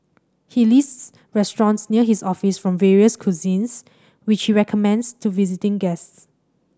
he lists restaurants near his office from various cuisines which he recommends to visiting guests